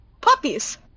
Puppies